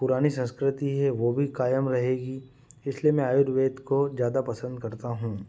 पुरानी संस्कृति है वह भी कायम रहेगी इसलिए मैं आयुर्वेद को ज़्यादा पसंद करता हूँ